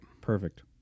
Perfect